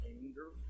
anger